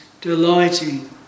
delighting